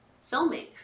filming